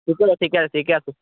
সকলো ঠিক আছে ঠিক আছে